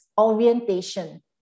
orientation